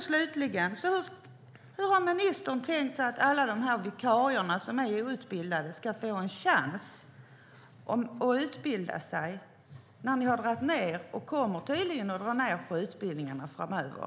Slutligen: Hur har ministern tänkt sig att alla de vikarier som är outbildade ska få en chans att utbilda sig när ni har dragit ned, och tydligen kommer att dra ned, på utbildningarna framöver?